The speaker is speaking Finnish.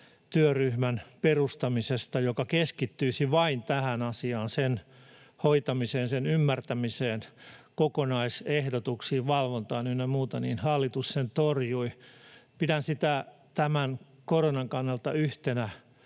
työryhmän perustamisesta, joka keskittyisi vain tähän asiaan, sen hoitamiseen, sen ymmärtämiseen, kokonaisehdotuksiin, valvontaan ynnä muuta, niin hallitus sen torjui. Pidän sitä tämän koronan kannalta yhtenä